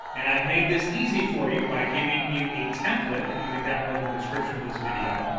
and i've made this easy for you by giving you a template that you can download in the description of this video.